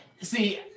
See